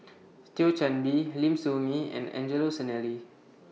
Thio Chan Bee Lim Soo Ngee and Angelo Sanelli